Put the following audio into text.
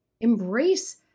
embrace